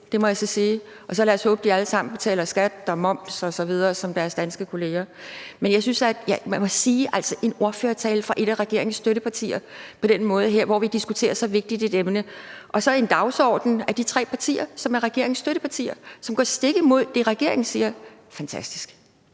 det må jeg så sige. Og så lad os håbe, at de alle sammen betaler skat og moms osv. ligesom deres danske kolleger. Og i forhold til en ordførertale på den her måde fra et af regeringens støttepartier, hvor vi diskuterer så vigtigt et emne, og i forhold til en dagsorden, hvor de tre partier, som er regeringens støttepartier, går stik imod det, regeringen siger, må